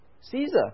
Caesar